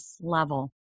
level